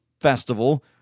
festival